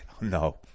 no